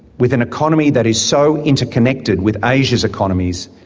with an economy that is so interconnected with asia's economies,